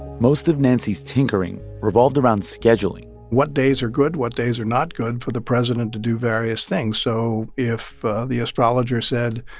most of nancy's tinkering revolved around scheduling what days are good, what days are not good for the president to do various things. so if the astrologer said,